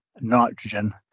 nitrogen